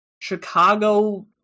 Chicago